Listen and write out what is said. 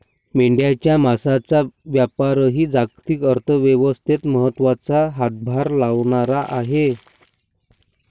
मेंढ्यांच्या मांसाचा व्यापारही जागतिक अर्थव्यवस्थेत महत्त्वाचा हातभार लावणारा आहे